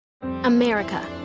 America